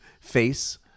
Face